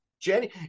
Jenny